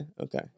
Okay